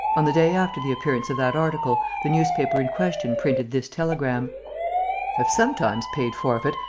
on the day after the appearance of that article, the newspaper in question printed this telegram have sometimes paid forfeit,